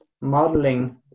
modeling